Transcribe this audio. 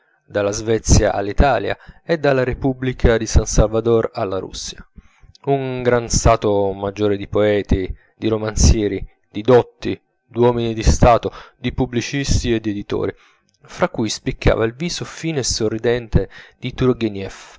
dalla svezia all'italia e dalla repubblica di san salvador alla russia un grande stato maggiore di poeti di romanzieri di dotti d'uomini di stato di pubblicisti e d'editori fra cui spiccava il viso fine e sorridente del